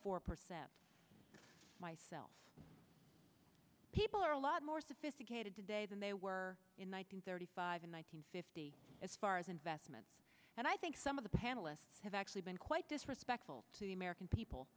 four percent myself people are a lot more sophisticated today than they were in one hundred thirty five and one hundred fifty as far as investment and i think some of the panelists have actually been quite disrespectful to the american people